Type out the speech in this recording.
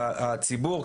הציבור,